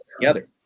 together